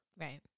Right